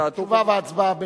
תשובה והצבעה,